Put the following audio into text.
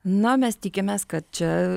na mes tikimės kad čia